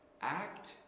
act